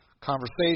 conversation